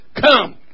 come